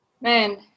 Man